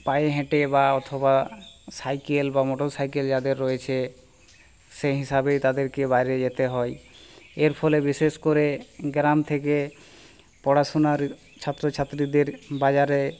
পায়ে হেঁটে বা অথবা সাইকেল বা মোটর সাইকেল যাদের রয়েছে সেই হিসাবে তাদেরকে বাইরে যেতে হয় এর ফলে বিশেষ করে গ্রাম থেকে পড়াশোনার ছাত্র ছাত্রীদের বাজারে